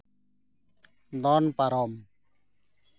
ᱫᱚᱱ ᱯᱟᱨᱚᱢ